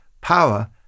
Power